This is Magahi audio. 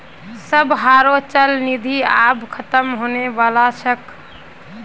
सबहारो चल निधि आब ख़तम होने बला छोक